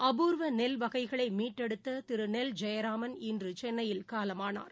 அபூர்வ நெல் வகைகளை மீட்டெடுத்த திரு நெல் ஜெயராமன் இன்று சென்னையில் காலமானார்